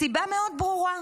מסיבה מאוד ברורה: